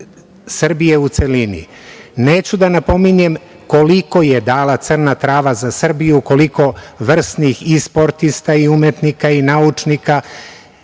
Srbije u celini. Neću da napominjem koliko je dala Crna Trava za Srbiju, koliko vrsnih i sportista i umetnika i naučnika.